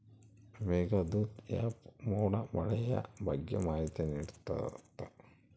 Meghdoot app ಮೋಡ ಮಳೆಯ ಬಗ್ಗೆ ಮಾಹಿತಿ ನಿಡ್ತಾತ